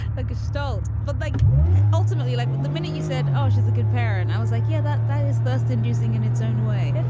a good start, but like ultimately, you like the minute you said, oh, she's a good parent. i was like, yeah, that that is thus inducing in its own way.